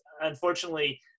unfortunately